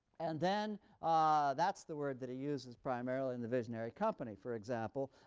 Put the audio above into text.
and then that's the word that he uses primarily in the visionary company, for example,